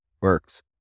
works